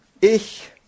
Ich